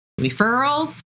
referrals